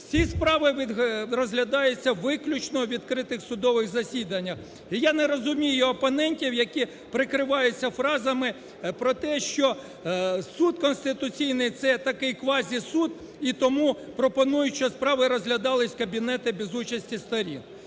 Всі справи розглядаються виключно в відкритих судових засіданнях. І я не розумію опонентів, які прикриваються фразами про те, що Суд Конституційний – це такий квазісуд, і тому пропонують, що справи розглядались в кабінеті без участі сторін.